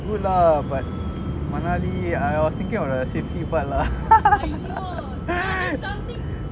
good lah but manali I was thinking of the safety part lah